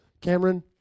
Cameron